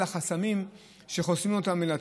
לתת מענה לחסמים שחוסמים אותם מלתת.